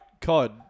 COD